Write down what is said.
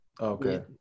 Okay